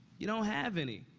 you don't have any.